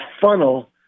funnel